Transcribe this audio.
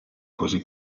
così